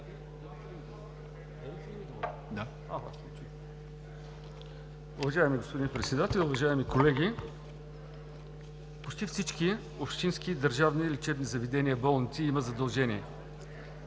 Уважаеми господин Председател, уважаеми колеги! Почти всички общински и държавни лечебни заведения, болници имат задължения.